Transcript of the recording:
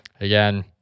again